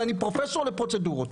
ואני פרופסור לפרוצדורות.